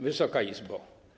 Wysoka Izbo!